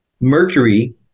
mercury